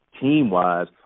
team-wise